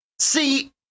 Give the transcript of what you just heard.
See